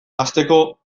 hasteko